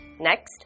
Next